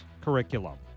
curriculum